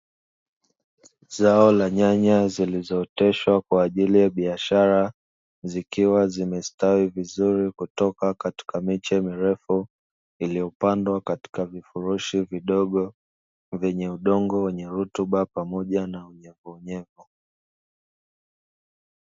Zao la nyanya zilizooteshwa kwaajili ya biashara, zikiwa zimestawi vizuri kutoka katika miche mirefu, iliyopandwa katika vifurushi vidogo vyenye udongo wenye rutuba pamoja na unyevuunyevu.